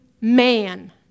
man